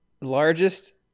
Largest